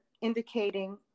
indicating